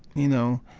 you know,